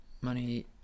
Money